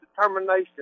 determination